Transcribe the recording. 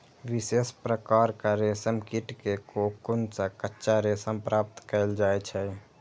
विशेष प्रकारक रेशम कीट के कोकुन सं कच्चा रेशम प्राप्त कैल जाइ छै